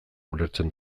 ulertzen